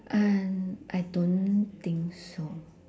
uh I don't think so